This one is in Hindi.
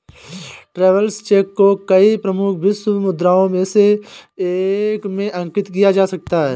ट्रैवेलर्स चेक को कई प्रमुख विश्व मुद्राओं में से एक में अंकित किया जा सकता है